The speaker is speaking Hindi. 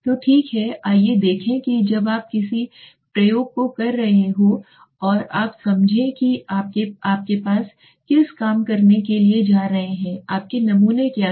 तो ठीक है आइए देखें कि जब आप किसी प्रयोग को कर रहे हों आप समझें कि आप किसके लिए काम करने जा रहे हैं आपके नमूने क्या है